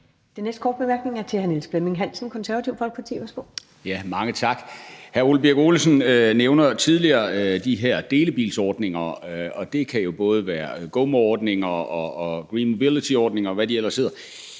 Værsgo. Kl. 11:00 Niels Flemming Hansen (KF): Mange tak. Hr. Ole Birk Olesen nævnte tidligere de her delebilsordninger, og det kan jo både være GoMore-ordninger og green mobility-ordninger, og hvad de ellers hedder.